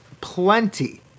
plenty